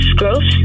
gross